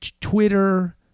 Twitter